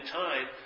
time